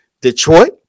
Detroit